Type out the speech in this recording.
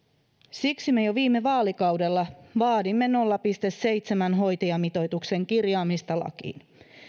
siksi me jo viime vaalikaudella vaadimme nolla pilkku seitsemän hoitajamitoituksen kirjaamista lakiin